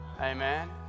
amen